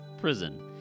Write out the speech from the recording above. prison